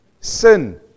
Sin